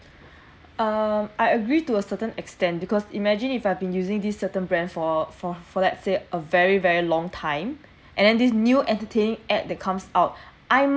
um I agree to a certain extent because imagine if I've been using this certain brand for for for let's say a very very long time and then this new entertaining ad that comes out I